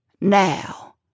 Now